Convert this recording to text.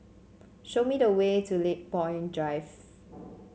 show me the way to Lakepoint Drive